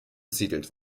besiedelt